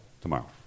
tomorrow